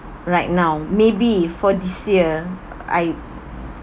right now maybe for this year I